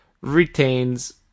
retains